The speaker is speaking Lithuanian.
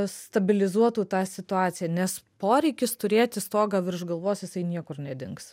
stabilizuotų tą situaciją nes poreikis turėti stogą virš galvos jisai niekur nedings